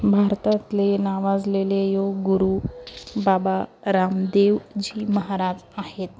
भारतातले नावाजलेले योग गुरु बाबा रामदेव जी महाराज आहेत